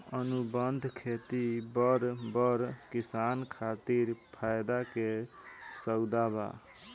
अनुबंध खेती बड़ बड़ किसान खातिर फायदा के सउदा बा